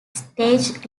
stages